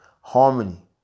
Harmony